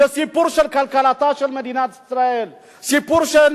זה סיפור כלכלתה של מדינת ישראל, סיפור של